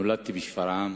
נולדתי בשפרעם,